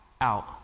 out